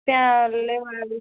ત્યાં લેવા આવીશ